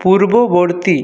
পূর্ববর্তী